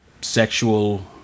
sexual